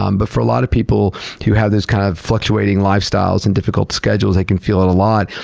um but for a lot of people who have these kind of fluctuating lifestyles and difficult schedules, they can feel it a lot.